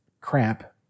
crap